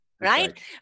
right